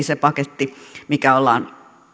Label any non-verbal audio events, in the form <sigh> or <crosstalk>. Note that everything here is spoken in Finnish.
<unintelligible> se paketti mikä ollaan